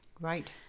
Right